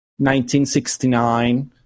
1969